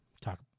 talk